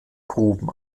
gruben